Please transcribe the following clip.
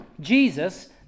Jesus